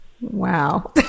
Wow